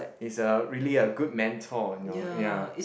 he's a really a good mentor you know ya